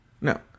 No